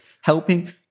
helping